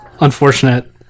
unfortunate